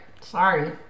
Sorry